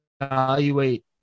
Evaluate